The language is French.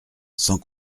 sans